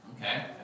Okay